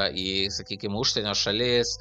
į sakykim užsienio šalis